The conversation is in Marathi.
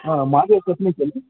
हा माझ्या